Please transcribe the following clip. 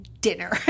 dinner